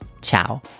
ciao